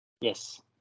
Yes